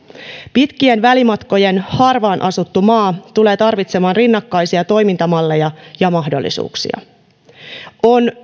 pitkien välimatkojen harvaan asuttu maa tulee tarvitsemaan rinnakkaisia toimintamalleja ja mahdollisuuksia on